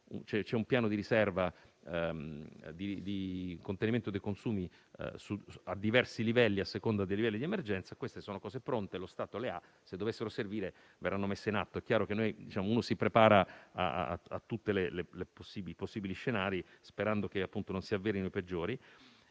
c'è un piano di riserva di contenimento dei consumi a diversi livelli, a seconda del grado di emergenza. Sono cose pronte, lo Stato le ha e, se dovessero servire, verranno messe in atto. È chiaro che ci si prepara a tutti i possibili scenari, sperando che non si avverino quelli peggiori.